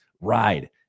ride